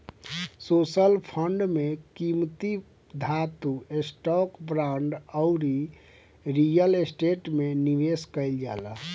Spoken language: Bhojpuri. सोशल फंड में कीमती धातु, स्टॉक, बांड अउरी रियल स्टेट में निवेश कईल जाला